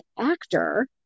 actor